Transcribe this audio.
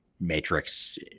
matrix